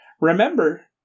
Remember